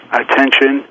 attention